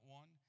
one